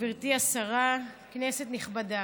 גברתי השרה, כנסת נכבדה,